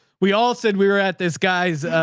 we all said we were at this guys,